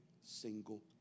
single